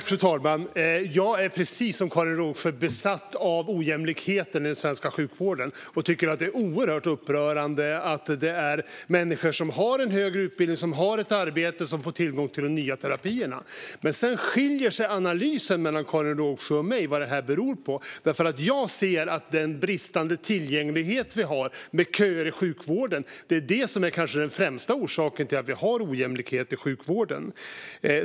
Fru talman! Jag är precis som Karin Rågsjö besatt av ojämlikheten i den svenska sjukvården, och jag tycker att det är oerhört upprörande att det är människor som har högre utbildning och har arbete som får tillgång till de nya terapierna. Men analysen av vad detta beror på skiljer sig mellan Karin Rågsjö och mig. Jag ser att den bristande tillgängligheten och köerna vi har i sjukvården är den kanske främsta orsaken till att vi har ojämlikhet i sjukvården.